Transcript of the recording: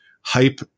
hype